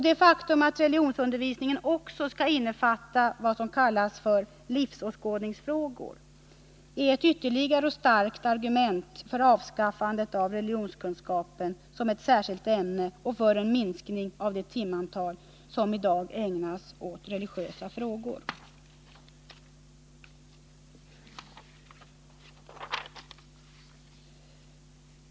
Det faktum att religionsundervisningen också skall innefatta vad som kallas för livsåskådningsfrågor är ett ytterligare och starkt argument för avskaffandet av religionskunskapen som ett särskilt ämne och för en minskning av det timantal som i dag ägnas religiösa frågor.